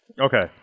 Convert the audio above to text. Okay